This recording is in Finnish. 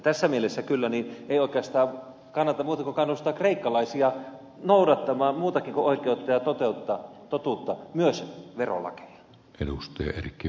tässä mielessä ei oikeastaan kannata muuta kuin kannustaa kreikkalaisia noudattamaan muutakin kuin oikeutta ja totuutta myös verolakeja